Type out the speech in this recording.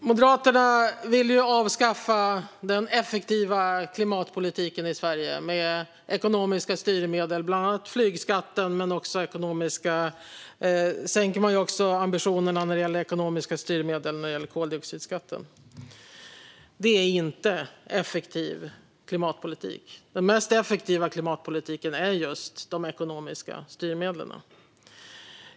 Fru talman! Moderaterna vill avskaffa den effektiva klimatpolitiken i Sverige, som handlar om ekonomiska styrmedel, bland annat flygskatten. Man sänker också ambitionerna för ekonomiska styrmedel när det gäller koldioxidskatten. Det är inte effektiv klimatpolitik. Den mest effektiva klimatpolitiken är just de ekonomiska styrmedlen.